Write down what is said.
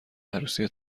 عروسی